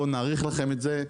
בואו נאריך לכם את זה.